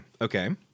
Okay